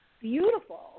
Beautiful